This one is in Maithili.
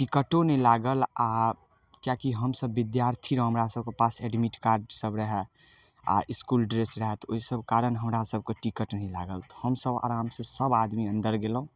टिकटो नहि लागल आओर किएक कि हमसब विद्यार्थी हमरा सबके पास एडमिट कार्ड सब रहै आओर इसकुल ड्रेस रहै तऽ ओइ सब कारण हमरा सबके टिकट नहि लागल तऽ हमसभ आरामसँ सब आदमी अन्दर गेलहुँ